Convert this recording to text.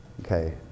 Okay